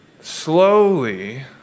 slowly